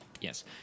yes